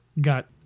got